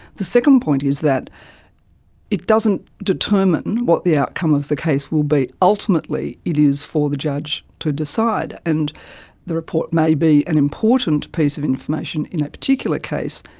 the second point is that it doesn't determine what the outcome of the case will be. ultimately it is for the judge to decide. and the report may be an important piece of information in a particular case,